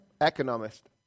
Economist